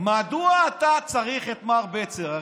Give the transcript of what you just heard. מדוע אתה צריך את מר בצר.